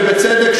ובצדק,